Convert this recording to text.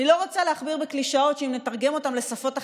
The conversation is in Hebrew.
אני לא רוצה להכביר בקלישאות: אם נתרגם אותם לשפות אחרות,